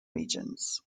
regions